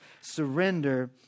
surrender